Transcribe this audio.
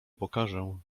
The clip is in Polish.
pokażę